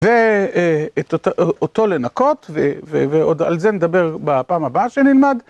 ואותו לנקות ועוד... על זה נדבר בפעם הבאה שנלמד.